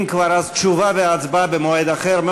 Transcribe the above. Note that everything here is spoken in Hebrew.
אם כבר, אז תשובה והצבעה במועד אחר.